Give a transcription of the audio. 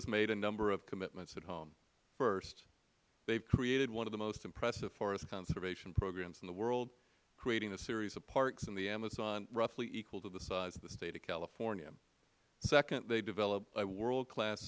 has made a number of commitments at home first they have created one of the most impressive forest conservation programs in the world creating a series of parks in the amazon roughly equal to the size of the state of california second they developed a world class